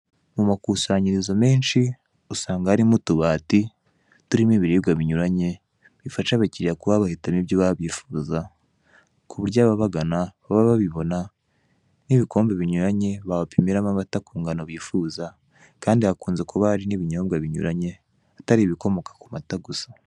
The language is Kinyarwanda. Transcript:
Mu makusanyirizo menshi usanga harimo utubati turimo ibiribwa binyuranye bifasha abakiliya kuba bahitamo ibyo baba bifuza kuburyo ababagana baba babibona n'ibikombe binyuranye babapimiramo amata ku ingano bifuza kandi hari n'ibinyobwa binyuranye atari ibikomoka ku mata gusa.